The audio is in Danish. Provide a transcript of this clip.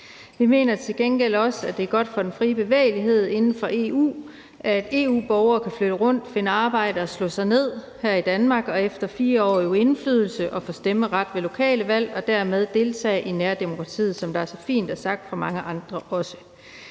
Vi mener til gengæld også, at det er godt for den frie bevægelighed inden for EU, at EU-borgere kan flytte rundt, finde arbejde og slå sig ned her i Danmark og efter 4 år øve indflydelse og få stemmeret ved lokale valg og dermed deltage i nærdemokratiet, som det så fint er sagt af mange andre også.